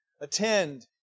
attend